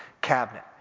cabinet